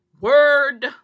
word